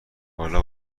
حالا